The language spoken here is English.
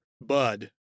bud